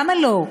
למה לא?